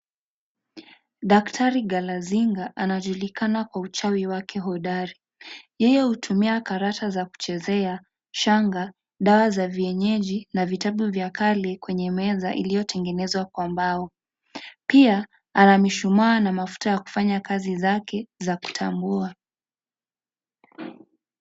Daktari Galazinga anajulikana kwa uchawi wake hodari yeye hutumia karata za kuchezea, shanga dawa za vienyeji na vitabu vya kale kwenye meza iliyotengenezwa kwa mbao pia ana mishumaa na mafuta ya kufanya kazi zake za kutambua.